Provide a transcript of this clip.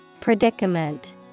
Predicament